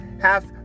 half